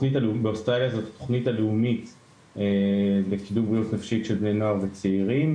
באוסטרליה זו התוכנית הלאומית לקידום בריאות נפשית של בני נוער וצעירים,